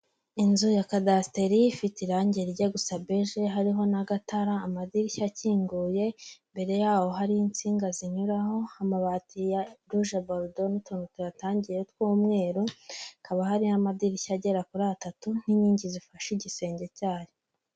Inzu ya kadasiteri, ifite irangi rijya gusa beje, hariho n'agatara, amadirishya akinguye, imbere yaho hariho insinga zinyuraho, amabati ya ruje borudo n'utuntu tuyatangiye tw'umweru, hakaba hariho amadirishya agera kuri atatu n'inkingi zifashe igisenge cyayo.